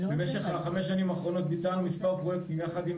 במשך חמש השנים האחרונות ביצענו מספר פרויקטים יחד עם